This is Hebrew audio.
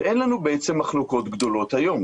שאין לנו בעצם מחלוקות גדולות היום.